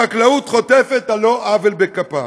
החקלאות חוטפת, על לא עוול בכפה.